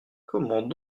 comment